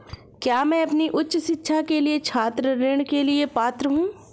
क्या मैं अपनी उच्च शिक्षा के लिए छात्र ऋण के लिए पात्र हूँ?